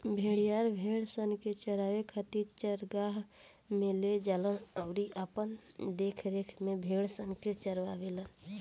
भेड़िहार, भेड़सन के चरावे खातिर चरागाह में ले जालन अउरी अपना देखरेख में भेड़सन के चारावेलन